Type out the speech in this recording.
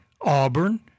Auburn